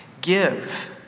give